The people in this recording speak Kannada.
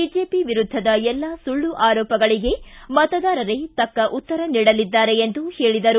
ಬಿಜೆಪಿ ವಿರುದ್ಧದ ಎಲ್ಲಾ ಸುಳ್ಳು ಆರೋಪಗಳಿಗೆ ಮತದಾರರೇ ಉತ್ತರ ನೀಡಲಿದ್ದಾರೆ ಎಂದರು